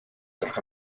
gwelwch